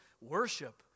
Worship